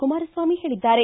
ಕುಮಾರಸ್ವಾಮಿ ಹೇಳಿದ್ದಾರೆ